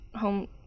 home